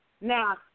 Now